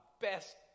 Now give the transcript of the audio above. best